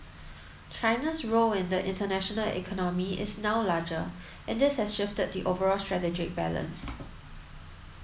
China's role in the international economy is now larger and this has shifted the overall strategic balance